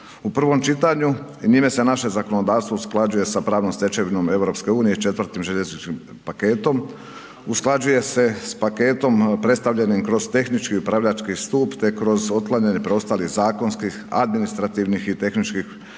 u prvom čitanju i njime se naše zakonodavstvo usklađuje sa pravnom stečevinom EU-a i IV. željezničkim paketom. Usklađuje se sa paketom predstavljenim kroz tehnički i upravljački stup te kroz otklanjanje preostalih zakonskih administrativnih i tehničkih